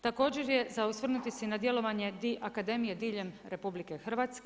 Također je za osvrnuti se na djelovanje akademije diljem RH.